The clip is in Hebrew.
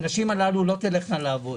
הנשים הללו לא תלכנה לעבוד.